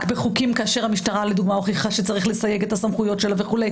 בחוקים כאשר המשטרה למשל הוכיחה שיש לסייג את הסמכויות שלה וכו'